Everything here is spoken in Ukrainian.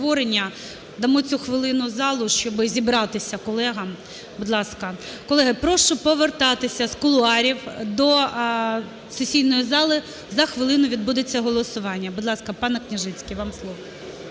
Дамо цю хвилину залу, щоб зібратися колегам. Будь ласка. Колеги, прошу повертатися з кулуарів до сесійної зали, за хвилину відбудеться голосування. Будь ласка, пане Княжицький, вам слово.